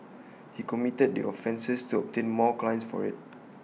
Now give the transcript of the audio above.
he committed the offences to obtain more clients for IT